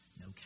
no